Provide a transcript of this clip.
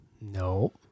No